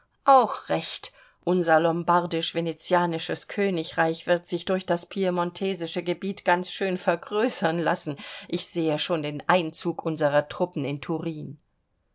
auch recht unser lombardisch venetianisches königreich wird sich durch das piemontesische gebiet ganz schön vergrößern lassen ich sehe schon den einzug unserer truppen in turin